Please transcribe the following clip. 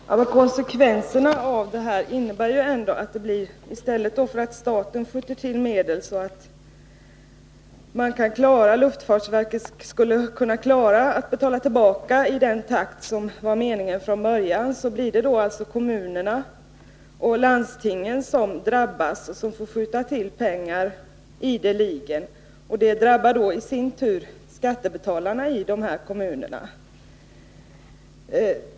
Herr talman! Konsekvenserna blir ju att i stället för att staten skjuter till medel, så att luftfartsverket kan klara av att betala tillbaka i den takt som var meningen från början, är det alltså kommunerna och landstingen som drabbas och får skjuta till pengar ideligen. Detta drabbar i sin tur skattebetalarna i de här kommunerna.